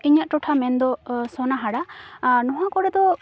ᱤᱧᱟᱹᱜ ᱴᱚᱴᱷᱟ ᱢᱮᱱᱫᱚ ᱥᱳᱱᱟᱦᱟᱨᱟ ᱟᱨ ᱱᱚᱣᱟ ᱠᱚᱨᱮ ᱫᱚ